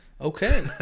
Okay